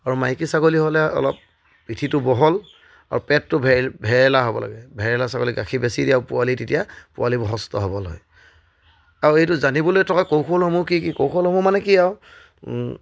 আৰু মাইকী ছাগলী হ'লে অলপ পিঠিটো বহল আৰু পেটটো ভেৰেলা হ'ব লাগে ভেৰেলা ছাগলী গাখীৰ বেছি দিয়া পোৱালি তেতিয়া পোৱালী সুস্থ সবল হয় আৰু এইটো জানিবলৈ থকা কৌশলসমূহ কি কি কৌশলসমূহ মানে কি আৰু